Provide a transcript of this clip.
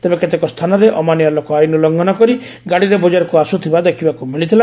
ତେବେ କେତେକ ସ୍ଥାନରେ ଅମାନିଆ ଲୋକେ ଆଇନ ଉଲୁଘନ କରି ଗାଡ଼ିରେ ବଜାରକୁ ଆସୁଥିବା ଦେଖିବାକୁ ମିଳିଥିଲା